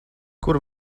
kur